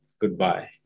Goodbye